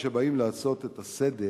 כשבאים לעשות את הסדר